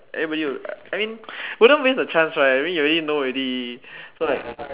everybody will I mean wouldn't miss the chance right I mean you already know already so right